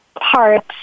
parts